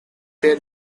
their